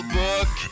book